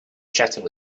chatting